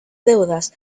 deudas